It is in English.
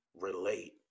relate